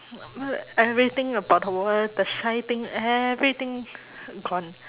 everything about the wha~ the shy thing everything gone